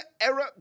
era